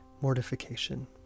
mortification